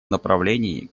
направлении